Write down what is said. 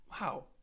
Wow